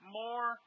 more